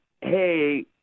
hey